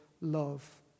love